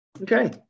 Okay